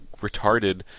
retarded